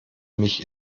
mich